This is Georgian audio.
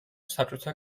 საბჭოთა